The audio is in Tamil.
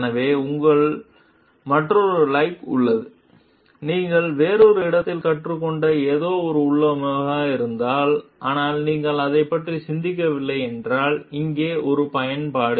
எனவே இங்கே மற்றொரு லைக் உள்ளது நீங்கள் வேறொரு இடத்தில் கற்றுக்கொண்ட ஏதாவது ஒரு உள்ளமைவு இருந்தால் ஆனால் நீங்கள் அதைப் பற்றி சிந்திக்கவில்லை என்றால் இங்கே ஒரு பயன்பாடு